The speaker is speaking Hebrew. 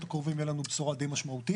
הקרובים יהיה לנו בשורה די משמעותית.